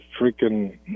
freaking